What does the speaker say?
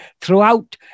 throughout